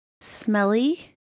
Smelly